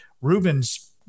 Ruben's